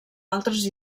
altres